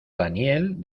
daniel